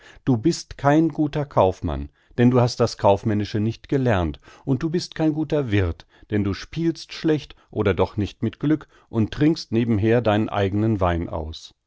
du bist kein guter kaufmann denn du hast das kaufmännische nicht gelernt und du bist kein guter wirth denn du spielst schlecht oder doch nicht mit glück und trinkst nebenher deinen eigenen wein aus